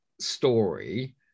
story